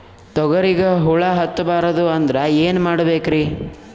ತೊಗರಿಗ ಹುಳ ಹತ್ತಬಾರದು ಅಂದ್ರ ಏನ್ ಮಾಡಬೇಕ್ರಿ?